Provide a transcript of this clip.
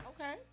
Okay